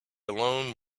alone